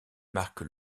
marque